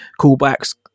callbacks